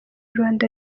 rwanda